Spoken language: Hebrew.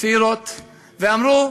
צעירות ואמרו: